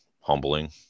humbling